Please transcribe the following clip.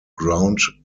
ground